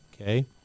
Okay